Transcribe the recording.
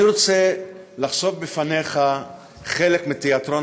אני רוצה לחשוף בפניך חלק מתיאטרון